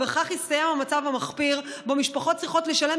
ובכך יסתיים המצב המחפיר שבו משפחות צריכות לשלם